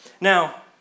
Now